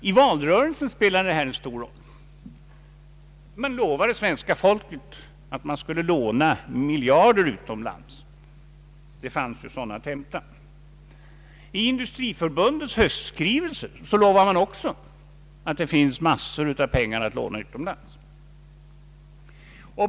I valrörelsen spelade talet om upplåning en stor roll. Man lovade svenska folket att miljarder skulle upplånas utomlands. Det fanns sådana att hämta där tros det. I Industriförbundets höstskrivelse sades också att det fanns mycket pengar att låna utomlands.